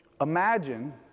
Imagine